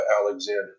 Alexander